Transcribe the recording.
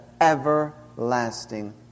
everlasting